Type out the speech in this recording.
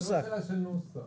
זו לא שאלה של נוסח.